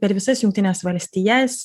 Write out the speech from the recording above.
per visas jungtines valstijas